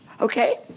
okay